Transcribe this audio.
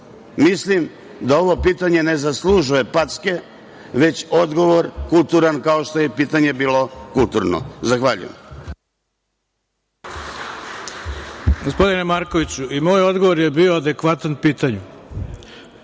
Mislim da ovo pitanje ne zaslužuje packe, već kulturan odgovor, kao što je i pitanje bilo kulturno. Zahvaljujem.